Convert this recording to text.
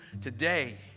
today